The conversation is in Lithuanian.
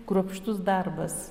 kruopštus darbas